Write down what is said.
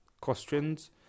questions